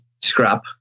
scrap